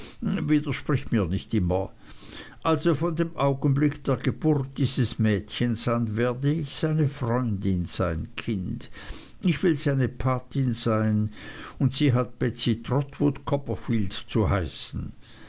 widersprich mir nicht immer also von dem augenblick der geburt dieses mädchens an werde ich seine freundin sein kind ich will seine patin sein und sie hat betsey trotwood copperfield zu heißen